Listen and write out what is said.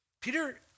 Peter